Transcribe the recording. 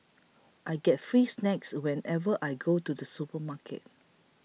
I get free snacks whenever I go to the supermarket